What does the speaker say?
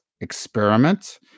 experiment